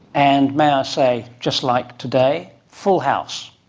and, may i ah say, just like today, full house.